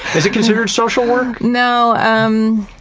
is it considered social work? no, um,